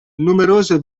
numerose